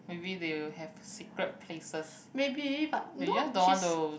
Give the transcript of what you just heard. maybe will they have secret places they just don't want to